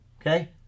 Okay